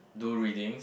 do readings